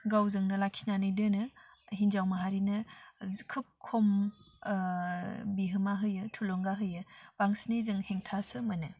गावजोंनो लाखिनानै दोनो हिन्जाव माहारिनो जो खोब खम बिहोमा होयो थुलुंगा होयो बांसिनै जों हेंथासो मोनो